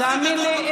תאמין לי,